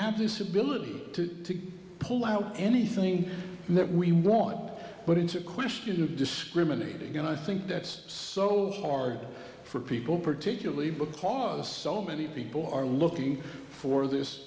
have this ability to pull out anything that we want but it's a question of discriminating and i think that's so hard for people particularly because so many people are looking for this